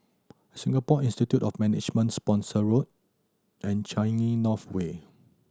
Singapore Institute of Management Spooner Road and Changi North Way